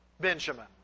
Benjamin